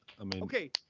Okay